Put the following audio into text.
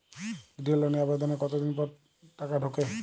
গৃহ লোনের আবেদনের কতদিন পর টাকা ঢোকে?